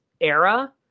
era